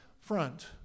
front